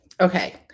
Okay